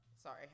Sorry